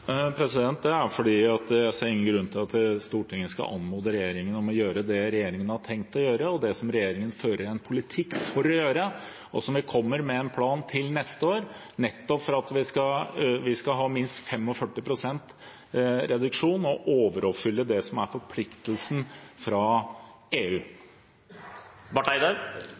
Det er fordi jeg ikke ser noen grunn til at Stortinget skal anmode regjeringen om å gjøre det regjeringen har tenkt å gjøre, og det regjeringen fører en politikk for å gjøre, og som vi kommer med en plan for til neste år, nettopp fordi vi skal ha minst 45 pst. reduksjon og overoppfylle det som er forpliktelsen fra EU.